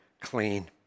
clean